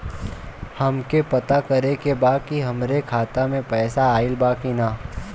हमके पता करे के बा कि हमरे खाता में पैसा ऑइल बा कि ना?